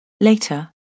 Later